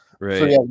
Right